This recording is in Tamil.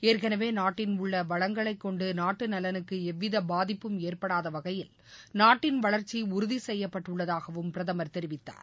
ஏற்கனவே நாட்டின் உள்ள வளங்களை கொண்டு நாட்டு நலனுக்கு எவ்வித பாதிப்பும் ஏற்படாத வகையில் நாட்டின் வளர்ச்சி உறுதி செய்யப்பட்டுள்ளதாகவும் பிரதமர் தெரிவித்தார்